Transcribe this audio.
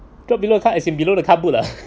drop below car as in below the car boot ah